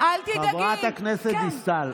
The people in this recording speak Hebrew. חברת הכנסת דיסטל.